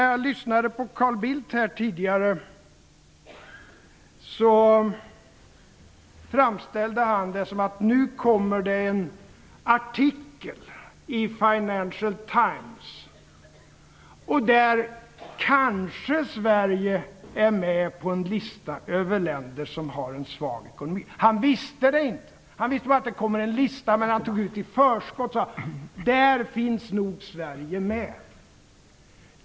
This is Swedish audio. Jag lyssnade på Carl Bildt här och han framställde det så att det nu kommer en artikel i Financial Times och att Sverige där kanske är med på en lista över länder som har svag ekonomi. Han visste det inte. Han visste bara att det skulle komma en lista. Men han tog ut den i förskott och sade: Där finns nog Sverige med.